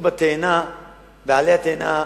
יתכסו בעלה התאנה